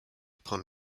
upon